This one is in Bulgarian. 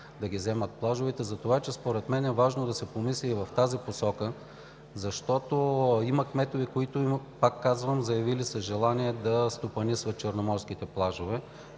да вземат плажовете, така че според мен е важно да се помисли и в тази посока, защото има кметове, които имат, пак казвам, заявили са желание да стопанисват черноморските плажове.